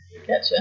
Gotcha